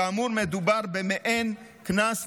כאמור, מדובר במעין קנס נוסף,